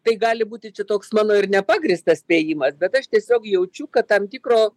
tai gali būti čia toks mano ir nepagrįstas spėjimas bet aš tiesiog jaučiu kad tam tikro